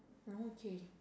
okay